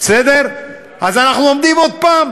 אנחנו עומדים עוד פעם,